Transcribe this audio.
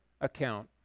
account